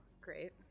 Great